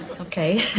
Okay